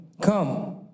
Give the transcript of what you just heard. come